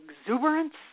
exuberance